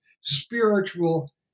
spiritual